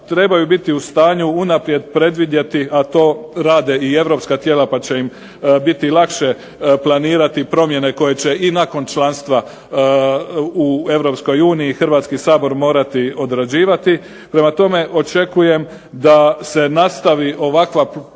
trebaju biti u stanju unaprijed predvidjeti, a to rade i europska tijela pa će im biti lakše planirati promjene koje će i nakon članstva u Europskoj uniji Hrvatski sabor morati odrađivati. Prema tome, očekujem da se nastavi ovakva praksa